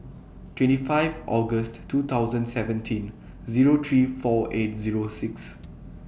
twenty five August two thousand seventeen Zero three four eight Zero six